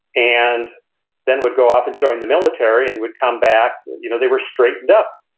and then would go off and join the military and would come back. you know they were straightened up.